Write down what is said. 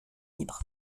libre